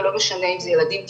ולא משנה אם זה ילדים טיפוליים,